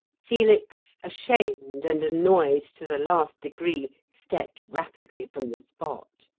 felix, ashamed and annoyed to the last degree, stepped rapidly from the spot.